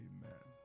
Amen